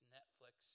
Netflix